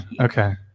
Okay